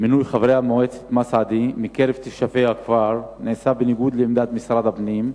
מינוי חברי מועצת מסעדה מקרב תושבי הכפר נעשה בניגוד לעמדת משרד הפנים,